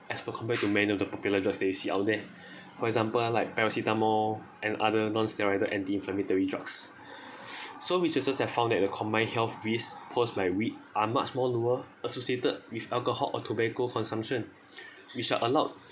as for compared to many of the popular drugs they see out there for example like paracetamol and other nonsteroidal anti-inflammatory drugs so researchers have found that the combined health risks posed by weed are much more lower associated with alcohol or tobacco consumption which are allowed